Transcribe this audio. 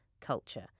culture